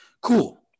Cool